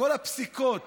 כל הפסיקות